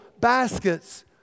baskets